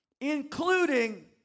including